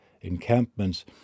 encampments